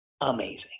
amazing